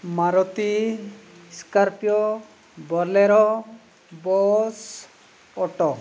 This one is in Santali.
Maruti Scorpio Bolero bus auto